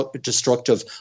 destructive